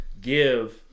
give